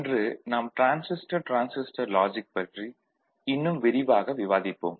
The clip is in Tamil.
இன்று நாம் டிரான்சிஸ்டர் டிரான்சிஸ்டர் லாஜிக் பற்றி இன்னும் விரிவாக விவாதிப்போம்